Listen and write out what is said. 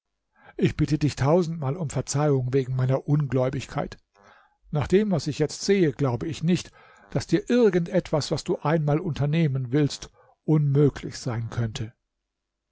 ich bitte dich tausendmal um verzeihung wegen meiner ungläubigkeit nach dem was ich jetzt sehe glaube ich nicht daß dir irgend etwas was du einmal unternehmen willst unmöglich sein könnte